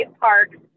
parks